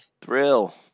Thrill